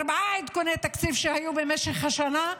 ארבעה עדכוני תקציב שהיו במשך השנה,